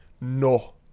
No